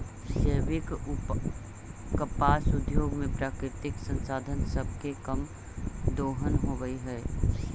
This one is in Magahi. जैविक कपास उद्योग में प्राकृतिक संसाधन सब के कम दोहन होब हई